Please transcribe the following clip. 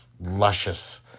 luscious